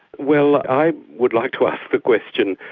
well, i would like to ask the question,